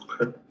Okay